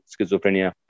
schizophrenia